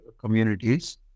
Communities